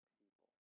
people